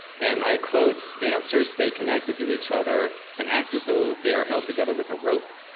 and i quote dancers stay connected to each other and act as though they are held together with a rope,